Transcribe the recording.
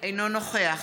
אינו נוכח